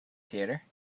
theatre